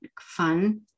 fun